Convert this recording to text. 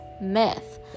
myth